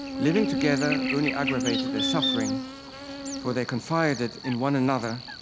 living together only aggravated their suffering for they confided in one another,